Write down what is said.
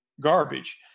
garbage